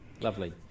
Lovely